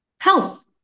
health